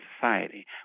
society